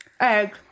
egg